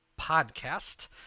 podcast